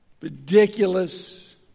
Ridiculous